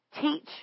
Teach